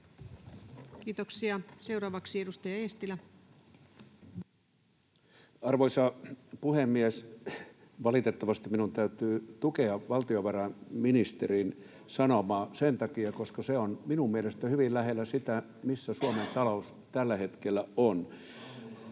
vuosille 2025-2028 Time: 15:16 Content: Arvoisa puhemies! Valitettavasti minun täytyy tukea valtiovarainministerin sanomaa sen takia, että se on minun mielestäni hyvin lähellä sitä, missä Suomen talous tällä hetkellä on.